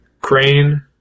Crane